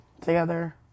together